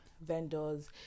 vendors